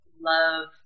love